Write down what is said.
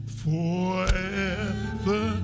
forever